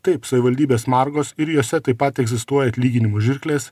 taip savivaldybės margos ir jose taip pat egzistuoja atlyginimų žirklės